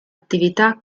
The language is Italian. attività